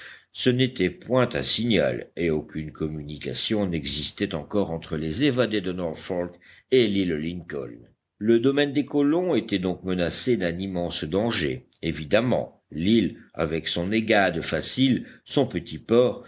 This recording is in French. ce n'était point un signal et aucune communication n'existait encore entre les évadés de norfolk et l'île lincoln le domaine des colons était donc menacé d'un immense danger évidemment l'île avec son aiguade facile son petit port